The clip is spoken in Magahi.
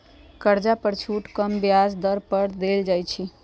कर्जा पर छुट कम ब्याज दर पर देल जाइ छइ